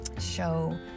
show